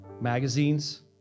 magazines